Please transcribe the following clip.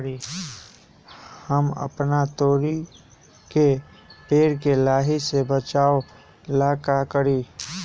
हम अपना तोरी के पेड़ के लाही से बचाव ला का करी?